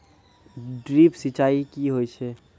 Drip सिंचाई कि होय छै?